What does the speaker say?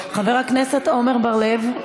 חבר הכנסת עמר בר-לב,